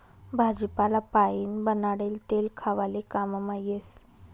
भाजीपाला पाइन बनाडेल तेल खावाले काममा येस